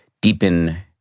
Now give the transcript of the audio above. deepen